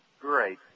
Great